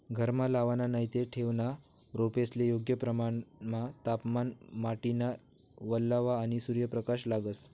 घरमा लावाना नैते ठेवना रोपेस्ले योग्य प्रमाणमा तापमान, माटीना वल्लावा, आणि सूर्यप्रकाश लागस